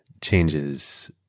changes